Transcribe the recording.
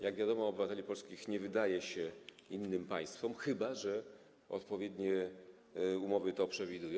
Jak wiadomo, obywateli polskich nie wydaje się innym państwom, chyba że odpowiednie umowy to przewidują.